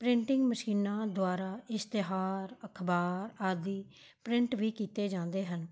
printing ਮਸ਼ੀਨਾਂ ਦੁਆਰਾ ਇਸ਼ਤਿਹਾਰ ਅਖਬਾਰ ਆਦਿ ਪ੍ਰਿੰਟ ਵੀ ਕੀਤੇ ਜਾਂਦੇ ਹਨ